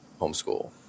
homeschool